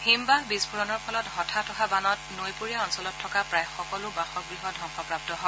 হিমবাহ বিস্ফোৰণৰ ফলত হঠাৎ অহা বানত নৈপৰীয়া অঞ্চলত থকা প্ৰায় সকলো বাসগৃহ ধবংসপ্ৰাপ্ত হয়